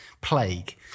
plague